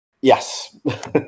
Yes